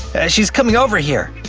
she's coming over here!